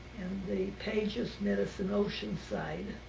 the pages met us in oceanside.